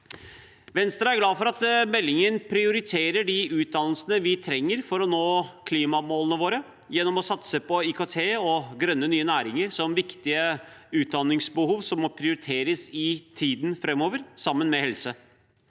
Venstre er glad for at meldingen prioriterer de utdannelsene vi trenger for å nå klimamålene våre, gjennom å satse på IKT og grønne nye næringer som viktige utdanningsbehov som må prioriteres i tiden framover, sammen med helse.